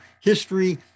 history